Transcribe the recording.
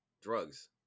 drugs